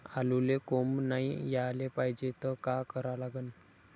आलूले कोंब नाई याले पायजे त का करा लागन?